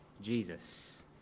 Jesus